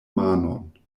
manon